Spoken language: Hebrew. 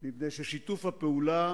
מפני ששיתוף הפעולה